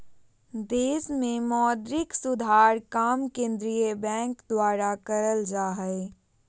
देश मे मौद्रिक सुधार काम केंद्रीय बैंक द्वारा करल जा हय